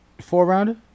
four-rounder